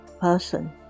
person